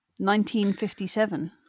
1957